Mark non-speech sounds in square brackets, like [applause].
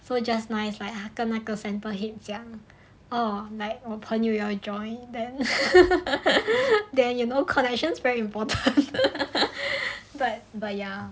so just nice like 跟那个 centre head 讲 oh like 我朋友要 join then [laughs] then you know connections very important [laughs] but but ya